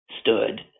stood